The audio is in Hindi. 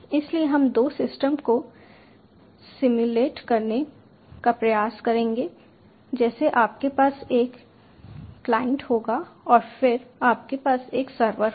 इसलिए हम दो सिस्टम को सिम्युलेट करने का प्रयास करेंगे जैसे आपके पास एक क्लाइंट होगा और फिर आपके पास एक सर्वर होगा